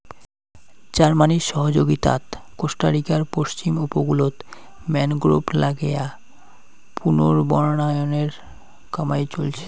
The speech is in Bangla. জার্মানির সহযগীতাত কোস্টারিকার পশ্চিম উপকূলত ম্যানগ্রোভ নাগেয়া পুনর্বনায়নের কামাই চইলছে